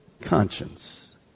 conscience